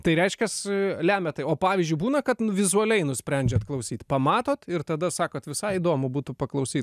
tai reiškias lemia tai o pavyzdžiui būna kad vizualiai nusprendžiat klausyt pamatot ir tada sakot visai įdomu būtų paklausyt